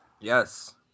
yes